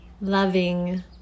loving